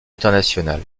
international